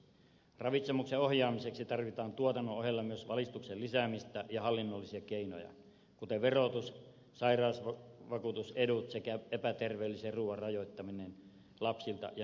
ravitsemuksen ohjaamiseksi tarvitaan tuotannon ohella myös valistuksen lisäämistä ja hallinnollisia keinoja kuten verotukseen ja sairasvakuutusetuuksiin liittyviä toimia sekä epäterveellisen ruuan rajoittamista lapsilta ja nuorilta